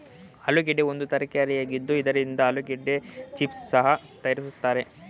ಆಲೂಗೆಡ್ಡೆ ಒಂದು ತರಕಾರಿಯಾಗಿದ್ದು ಇದರಿಂದ ಆಲೂಗೆಡ್ಡೆ ಚಿಪ್ಸ್ ಸಹ ತರಯಾರಿಸ್ತರೆ